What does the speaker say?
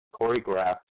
choreographed